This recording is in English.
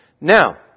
Now